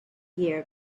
year